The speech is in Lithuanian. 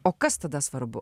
o kas tada svarbu